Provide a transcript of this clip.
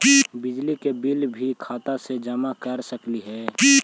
बिजली के बिल भी खाता से जमा कर सकली ही?